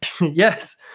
yes